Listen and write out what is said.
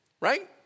right